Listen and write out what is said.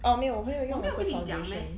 orh 没有我朋友用 Nars 的 foundation